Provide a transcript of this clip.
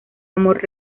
amor